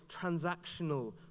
transactional